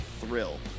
Thrill